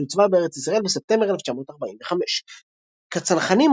שהוצבה בארץ ישראל בספטמבר 1945. כצנחנים